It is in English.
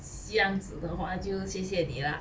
这样子的话就谢谢你 lah